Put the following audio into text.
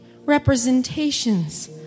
Representations